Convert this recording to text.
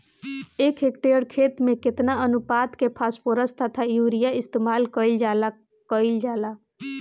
एक हेक्टयर खेत में केतना अनुपात में फासफोरस तथा यूरीया इस्तेमाल कईल जाला कईल जाला?